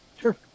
Sure